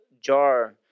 jar